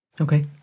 Okay